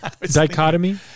Dichotomy